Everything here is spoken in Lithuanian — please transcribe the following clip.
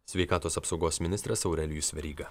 sveikatos apsaugos ministras aurelijus veryga